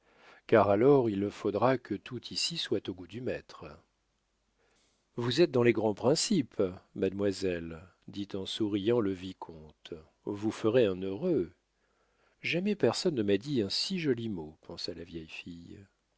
car alors il faudra que tout ici soit au goût du maître vous êtes dans les grands principes mademoiselle dit en souriant le vicomte vous ferez un heureux jamais personne ne m'a dit un si joli mot pensa la vieille fille